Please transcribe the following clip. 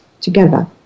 together